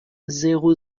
zéro